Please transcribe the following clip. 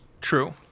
True